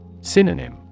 Synonym